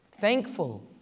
thankful